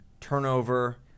turnover